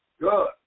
Good